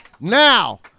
Now